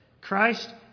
Christ